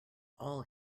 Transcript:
all